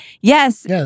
Yes